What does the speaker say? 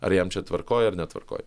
ar jam čia tvarkoj ar netvarkoj